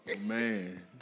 man